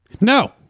No